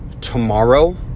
tomorrow